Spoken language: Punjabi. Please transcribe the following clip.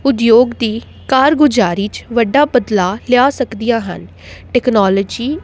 ਉਦਯੋਗ ਦੀ ਕਾਰਗੁਜ਼ਾਰੀ 'ਚ ਵੱਡਾ ਬਦਲਾਅ ਲਿਆ ਸਕਦੀਆਂ ਹਨ ਟੈਕਨੋਲੋਜੀ